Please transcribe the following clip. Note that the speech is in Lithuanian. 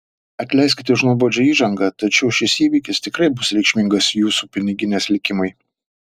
atleiskite už nuobodžią įžangą tačiau šis įvykis tikrai bus reikšmingas jūsų piniginės likimui